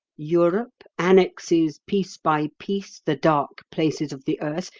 europe annexes piece by piece the dark places of the earth,